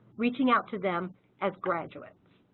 reaching out to them as graduates.